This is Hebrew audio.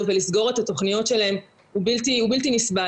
ולסגור את התכניות שלהם הוא בלתי נסבל.